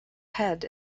head